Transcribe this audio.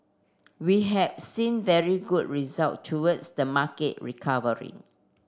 we have seen very good results towards the market recovery